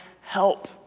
help